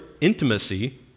intimacy